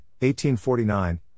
1849